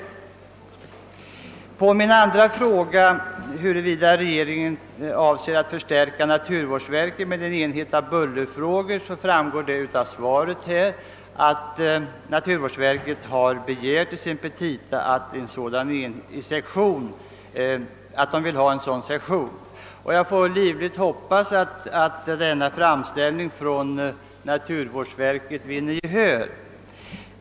Vad beträffar min andra fråga — huruvida regeringen avser att förstärka naturvårdsverket med en enhet för bullerfrågor — framgår det av svaret att naturvårdsverket i sina petita har begärt att en sådan sektion skall inrättas. Jag hoppas livligt att denna framställning vinner gehör.